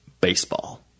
baseball